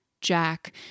Jack